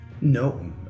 No